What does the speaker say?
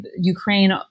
Ukraine